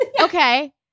Okay